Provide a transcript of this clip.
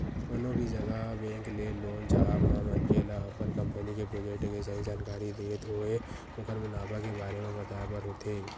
कोनो भी जघा बेंक ले लोन चाहब म मनखे ल अपन कंपनी के प्रोजेक्ट के सही जानकारी देत होय ओखर मुनाफा के बारे म बताय बर होथे